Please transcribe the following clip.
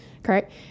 Correct